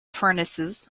furnaces